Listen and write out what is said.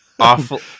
awful